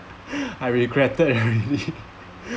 I regretted already